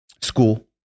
school